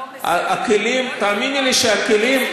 תאמיני לי שהכלים,